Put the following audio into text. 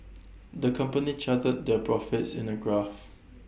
the company charted their profits in the graph